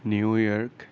New York